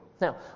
Now